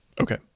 Okay